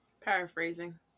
Paraphrasing